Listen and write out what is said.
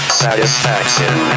satisfaction